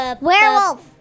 Werewolf